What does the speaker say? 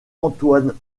antoine